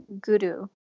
Guru